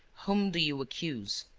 whom do you accuse?